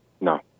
No